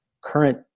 current